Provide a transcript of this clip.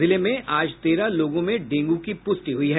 जिले में आज तेरह लोगों में डेंगू की पुष्टि हुई है